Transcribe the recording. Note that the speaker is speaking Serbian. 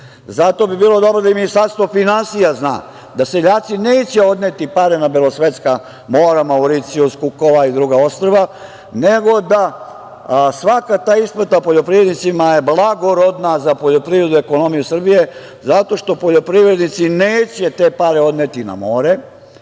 bi bilo dobro da i Ministarstvo finansija zna da seljaci neće odneti pare na belosvetska mora, Mauricijus, Kukova i druga ostrva, nego da svaka ta isplata poljoprivrednicima je blagorodna za poljoprivredu i ekonomiju Srbije, zato što poljoprivrednici neće te pare odneti na more,